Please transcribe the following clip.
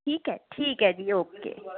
ठीक ऐ ठीक ऐ जी ओ के